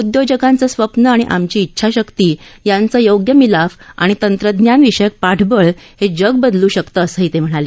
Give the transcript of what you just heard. उद्योजकांचे स्वप्न आणि आमची इच्छा शक्ती यांचा योग्य मिलाफ आणि तंत्रज्ञान विषयक पाठबळ हे जग बदलू शकतं असंही ते म्हणाले